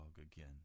again